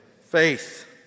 faith